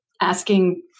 asking